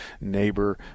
neighbor